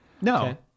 No